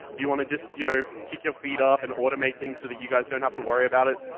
do you want to just you know kick your feet up and automate things so that you guys don't have to worry about it?